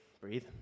Breathe